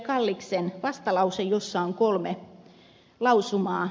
kalliksen vastalause jossa on kolme lausumaa